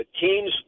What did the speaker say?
teams